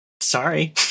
Sorry